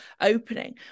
opening